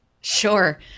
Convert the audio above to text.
Sure